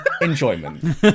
enjoyment